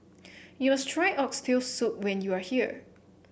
you must try Oxtail Soup when you are here